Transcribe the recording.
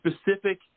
specific